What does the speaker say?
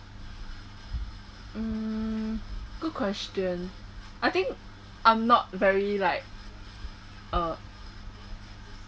mm good question I think I'm not very like uh